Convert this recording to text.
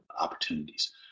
opportunities